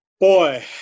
Boy